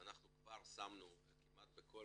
אנחנו כבר שמנו כמעט בכל